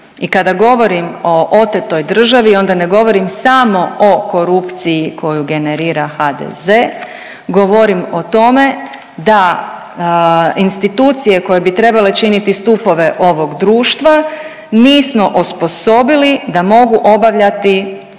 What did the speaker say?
I kada govorim o otetoj državi onda ne govorim samo o korupciji koju generira HDZ, govorim o tome da institucije koje bi trebale činiti stupove ovog društva nismo osposobili da mogu obavljati svoju